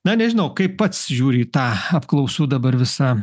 na nežinau kaip pats žiūri į tą apklausų dabar visa